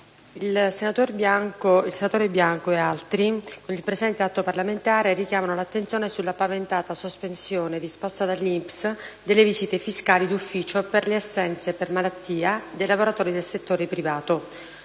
il senatore Bianco ed altri senatori richiamano l'attenzione sulla paventata sospensione, disposta dall'INPS, delle visite fiscali d'ufficio per le assenze per malattia dei lavoratori del settore privato,